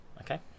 okay